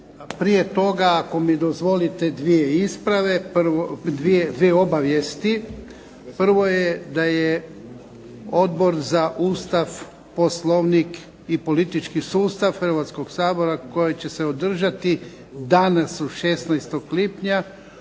prije toga ako mi dozvolite dvije obavijesti. Prvo je da je Odbor za Ustav, Poslovnik i politički sustav Hrvatskog sabora koja će se održati danas 16. lipnja